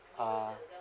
uh